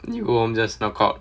you go home just knock out